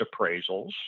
appraisals